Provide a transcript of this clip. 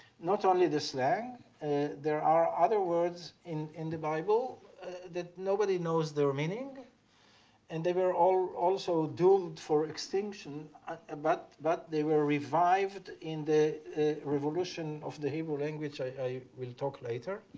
not only the slang there are other words in in the bible that nobody knows their meaning and they were all also doomed for extinction ah but but they were revived in the revolution of the hebrew language, i will talk later.